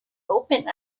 open